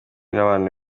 n’abandi